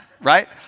right